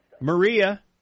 Maria